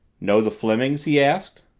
know the flemings? he asked.